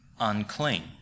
unclean